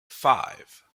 five